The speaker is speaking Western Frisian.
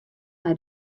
nei